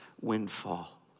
windfall